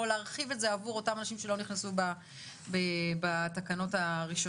או להרחיב את זה עבור אותם אנשים שלא נכנסו בתקנות הראשונות.